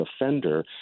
offender